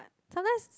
sometimes